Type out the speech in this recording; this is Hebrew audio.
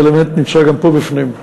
שהאלמנט נמצא גם פה בפנים,